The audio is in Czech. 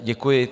Děkuji.